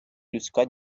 людська